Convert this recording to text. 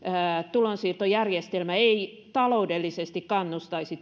tulonsiirtojärjestelmä ei taloudellisesti kannustaisi